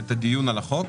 את הדיון על החוק,